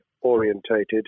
orientated